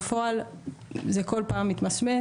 בפועל זה כל פעם מתמסמס.